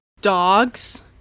dogs